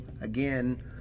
again